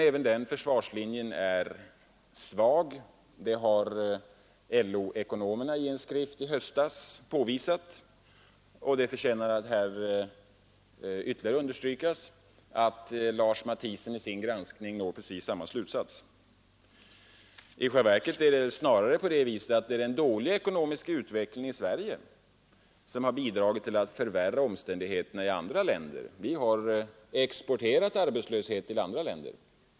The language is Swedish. Även den försvarslinjen är svag — det har LO ekonomerna i en skrift i höstas påvisat. Lars Matthiessen kommer i sin granskning till precis samma slutsats. I själva verket är det snarare den dåliga ekonomiska utvecklingen i Sverige som har bidragit till att förvärra omständigheterna i andra länder. Vi har exporterat arbetslöshet till andra länder.